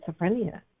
schizophrenia